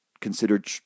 considered